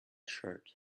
shirt